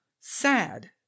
sad